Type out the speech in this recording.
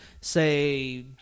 say